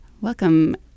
Welcome